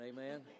Amen